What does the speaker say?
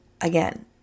Again